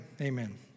Amen